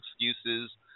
excuses